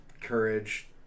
courage